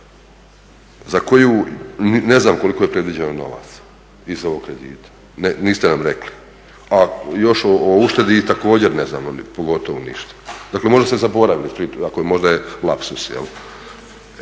za koju ne znam koliko je predviđeno novaca iz ovog kredita, niste nam rekli a još o uštedi također ne znamo pogotovo ništa. Dakle, možda ste zaboravili, ako je možda lapsus.